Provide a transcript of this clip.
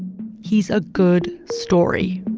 he's a good story